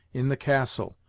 in the castle,